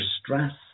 stress